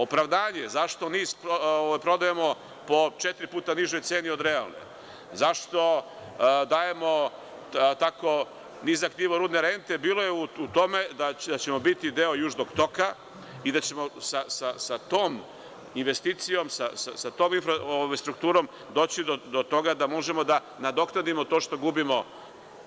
Opravdanje zašto NIS prodajemo po četiri puta nižoj ceni od realne, zašto dajemo tako nizak nivo rudne rente bilo je u tome da ćemo biti deo Južnog toka i da ćemo sa tom investicijom, sa tom infrastrukturom doći do toga da možemo da nadoknadimo to što gubimo